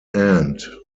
end